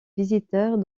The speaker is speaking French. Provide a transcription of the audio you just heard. visiteurs